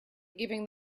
giving